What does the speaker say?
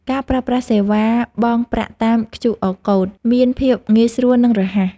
ការប្រើប្រាស់សេវាបង់ប្រាក់តាម QR Code មានភាពងាយស្រួល និងរហ័ស។